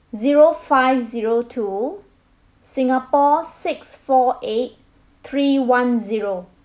zero five zero two singapore six four eight three one zero